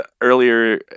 earlier